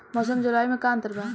मौसम और जलवायु में का अंतर बा?